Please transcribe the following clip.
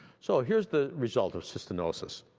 so here's the result of cystinosis.